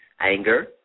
anger